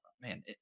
man